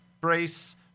brace